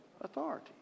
authority